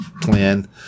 plan